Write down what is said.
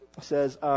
says